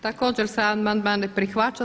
Također se amandman ne prihvaća.